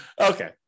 Okay